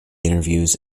interviews